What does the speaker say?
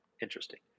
Interesting